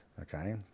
okay